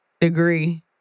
degree